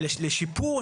לשיפור,